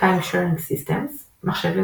Time-Sharing Systems – מחשבים